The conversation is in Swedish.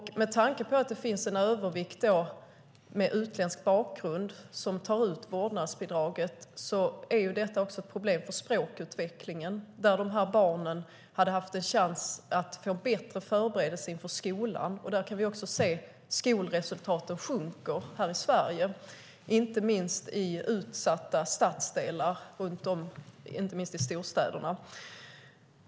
Med tanke på att det finns en övervikt av personer med utländsk bakgrund som tar ut vårdnadsbidraget innebär detta också ett problem för barnens språkutveckling. Dessa barn hade haft en chans att få en bättre förberedelse inför skolan. Vi kan också se att skolresultaten sjunker här i Sverige, inte minst i utsatta stadsdelar runt om, inte minst i storstäderna.